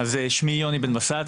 שמי יוני בן בסט,